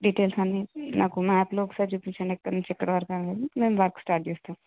details అన్నీ నాకు మ్యాప్లో ఒకసారి చూపించండి ఎక్కడి నుంచి ఎక్కడి వరకు అనేది మేము వర్క్ స్టార్ట్ చేస్తాం